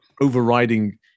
overriding